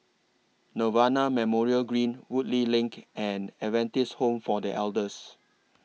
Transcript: Nirvana Memorial Green Woodleigh LINK and Adventist Home For The Elders